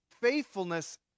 faithfulness